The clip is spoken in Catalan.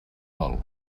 dol